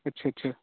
अच्छा अच्छा